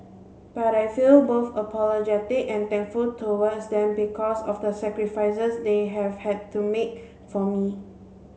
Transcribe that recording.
but I feel both apologetic and thankful towards them because of the sacrifices they have had to make for me